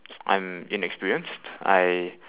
I'm inexperienced I